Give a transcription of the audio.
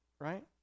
right